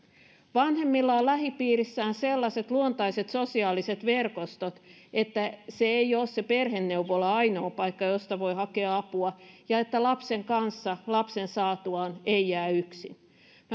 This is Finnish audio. vanhemmilla on lähipiirissään sellaiset luontaiset sosiaaliset verkostot että perheneuvola ei ole se ainoa paikka josta voi hakea apua ja että lapsen saatuaan lapsen kanssa ei jää yksin